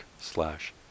slash